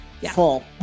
full